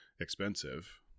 expensive